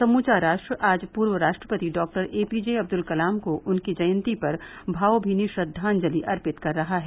समूचा राष्ट्र आज पूर्व राष्ट्रपति डॉक्टर एपीजे अब्दुल कलाम को उनकी जयंती पर भावभीनी श्रद्वांजलि अर्पित कर रहा है